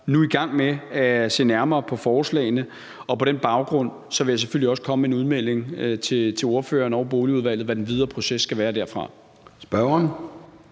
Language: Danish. sagt nu i gang med at se nærmere på forslagene, og på den baggrund vil jeg selvfølgelig også komme med en udmelding til ordføreren og Boligudvalget om, hvad den videre proces skal være derfra.